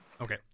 okay